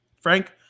Frank